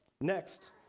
Next